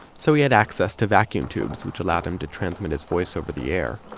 so we had access to vacuum tubes, which allowed him to transmit his voice over the air.